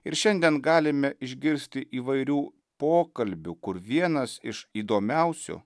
ir šiandien galime išgirsti įvairių pokalbių kur vienas iš įdomiausių